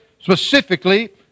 specifically